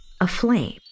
aflame